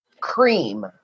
Cream